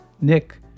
Nick